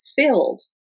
filled